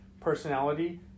personality